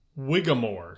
wigamore